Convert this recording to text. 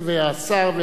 והמפכ"ל היה,